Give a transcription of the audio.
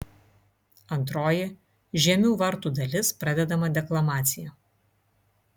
antroji žiemių vartų dalis pradedama deklamacija